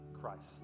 Christ